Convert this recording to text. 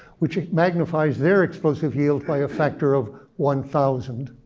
which magnifies their explosive yield by a factor of one thousand,